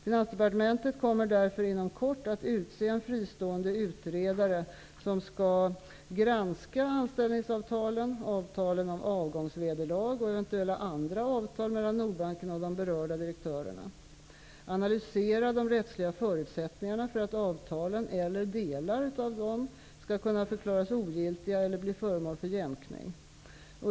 Finansdepartementet kommer därför inom kort att utse en fristående utredare som skall granska anställningsavtalen, avtalen om avgångsvederlag samt eventuella andra avtal mellan Nordbanken och de berörda direktörerna. Vidare skall utredaren analysera de rättsliga förutsättningarna för att avtalen eller delar av dessa skall kunna förklaras ogiltiga eller bli föremål för jämkning.